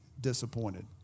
disappointed